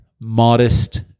modest